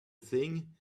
thing